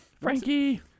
frankie